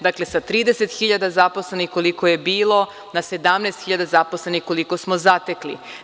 Dakle, sa 30 hiljada zaposlenih, koliko je bilo, 17 hiljada zaposlenih koliko smo zatekli.